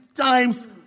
times